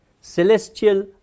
celestial